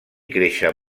créixer